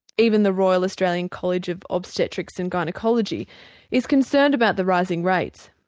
even the royal australian college of obstetrics and gynaecology is concerned about the rising rates.